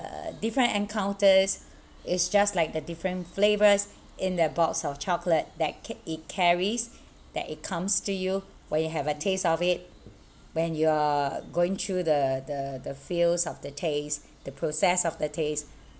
uh different encounters is just like the different flavours in the box of chocolate that ca~ it carries that it comes to you where you have a taste of it when you are going through the the the feels of the taste the process of the taste